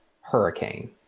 hurricane